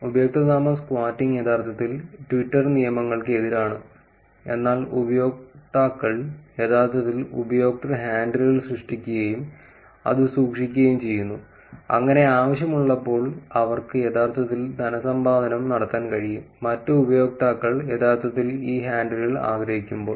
ഉപയോക്തൃനാമം സ്ക്വാറ്റിംഗ് യഥാർത്ഥത്തിൽ ട്വിറ്റർ നിയമങ്ങൾക്ക് എതിരാണ് എന്നാൽ ഉപയോക്താക്കൾ യഥാർത്ഥത്തിൽ ഉപയോക്തൃ ഹാൻഡിലുകൾ സൃഷ്ടിക്കുകയും അത് സൂക്ഷിക്കുകയും ചെയ്യുന്നു അങ്ങനെ ആവശ്യമുള്ളപ്പോൾ അവർക്ക് യഥാർത്ഥത്തിൽ ധനസമ്പാദനം നടത്താൻ കഴിയും മറ്റ് ഉപയോക്താക്കൾ യഥാർത്ഥത്തിൽ ഈ ഹാൻഡിലുകൾ ആഗ്രഹിക്കുമ്പോൾ